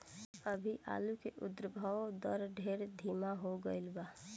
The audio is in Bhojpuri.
अभी आलू के उद्भव दर ढेर धीमा हो गईल बा